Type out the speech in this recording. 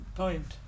point